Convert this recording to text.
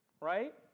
right